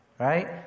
right